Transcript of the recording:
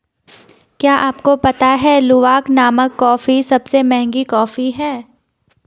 क्या आपको पता है लूवाक नामक कॉफ़ी सबसे महंगी कॉफ़ी है?